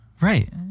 Right